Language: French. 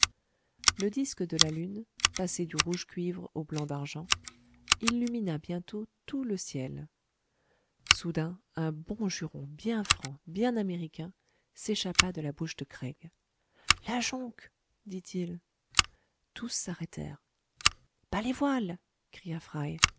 le disque de la lune passé du rouge cuivre au blanc d'argent illumina bientôt tout le ciel soudain un bon juron bien franc bien américain s'échappa de la bouche de craig la jonque dit-il tous s'arrêtèrent bas les voiles cria